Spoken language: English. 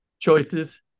choices